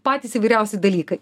patys įvairiausi dalykai